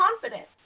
confidence